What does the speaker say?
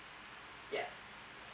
yup